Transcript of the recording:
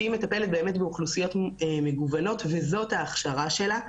שהיא מטפלת באוכלוסיות מגוונות וזאת ההכשרה שלה,